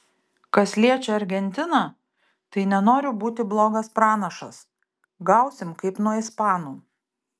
kas liečia argentiną tai nenoriu būti blogas pranašas gausim kaip nuo ispanų